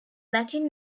latin